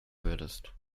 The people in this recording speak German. würdest